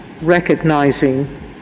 recognizing